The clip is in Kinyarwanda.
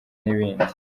n’ibindi